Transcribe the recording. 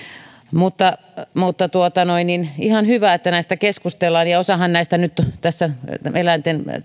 mutta mutta ihan hyvä että näistä keskustellaan ja nyt tässä eläinten